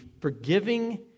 forgiving